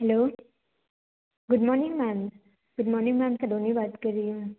hello good morning ma'am good morning ma'am Saloni बात कर रही हूँ मैं